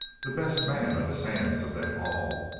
the best man of his hands of them all,